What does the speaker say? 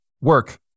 work